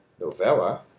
novella